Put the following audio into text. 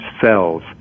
cells